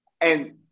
and-